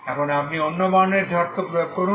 এখন আপনি অন্য বাউন্ডারিশর্ত প্রয়োগ করুন